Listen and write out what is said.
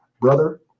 Brother